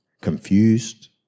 confused